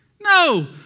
No